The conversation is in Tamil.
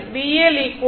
VL v